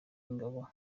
ingabo